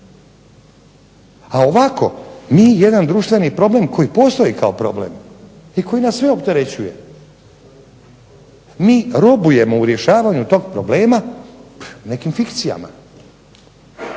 A ovako mi jedan društveni problem koji postoji kao problem i koji nas sve opterećuje, mi robujemo u rješavanju tog problema nekim fikcijama,